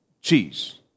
cheese